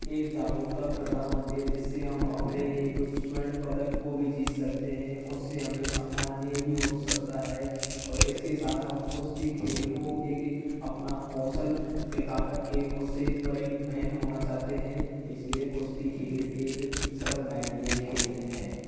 एक जागरूकता प्रदान होती है जिससे हम अपने एक स्वर्ण पदक को भी जीत सकते हैं उससे हमें सम्मानीय भी हो सकता है और इसके साथ हम कुश्ती खेल को एक अपना कौशल दिखा करके उससे परिभिन्न होना चाहते हैं इसलिए कुश्ती खेल एक सर्वमान्य खेल है